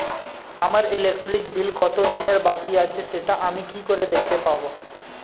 আমার electric bill কত দিনের বাকি আছে সেটা আমি কি করে দেখতে পাবো?